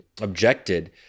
objected